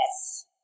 Yes